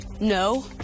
No